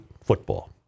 football